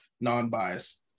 non-biased